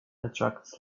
attracts